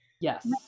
Yes